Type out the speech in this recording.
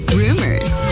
rumors